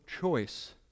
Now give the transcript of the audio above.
choice